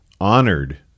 honored